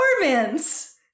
performance